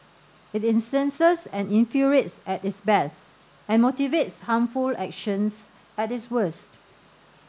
it incenses and infuriates at its best and motivates harmful actions at its worst